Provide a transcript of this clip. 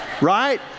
right